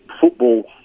football